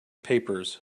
papers